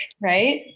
right